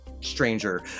stranger